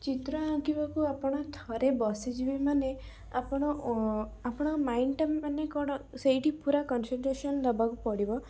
ଚିତ୍ର ଆଙ୍କିବାକୁ ଆପଣ ଥରେ ବସିଯିବେ ମାନେ ଆପଣ ଓ ଆପଣଙ୍କ ମାଇଣ୍ଡଟା ମାନେ କ'ଣ ସେଇଟି ପୁରା କଂସେଣ୍ଟରେସନ ଦବାକୁ ପଡ଼ିବ